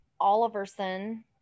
Oliverson